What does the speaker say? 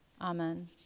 Amen